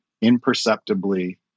imperceptibly